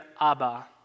Abba